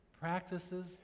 practices